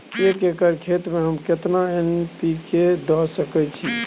एक एकर खेत में हम केतना एन.पी.के द सकेत छी?